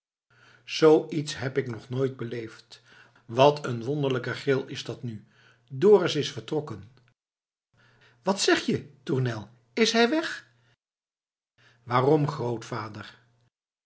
zoo iets heb ik nog nooit beleefd wat een wonderlijke gril is dat nu dorus is vertrokken wat zeg je tournel is hij weg waarom grootvader